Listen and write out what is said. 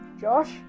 Josh